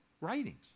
writings